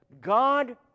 God